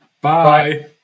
bye